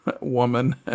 woman